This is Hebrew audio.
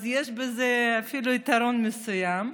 אז יש בזה אפילו יתרון מסוים.